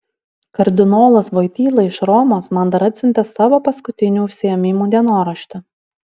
kardinolas voityla iš romos man dar atsiuntė savo paskutinių užsiėmimų dienoraštį